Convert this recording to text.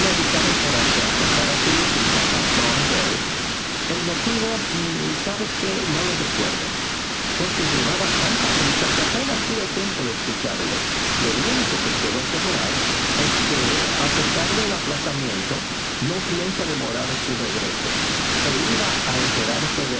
avisaron para que aplazara su visita a thornberry el motivo no lo recuerdo porque llevaba tanta prisa que apenas tuve tiempode escucharle lo único que puedo asegurar es que a pesar del aplazamiento no piensa demorar su regreso e iba a enterarse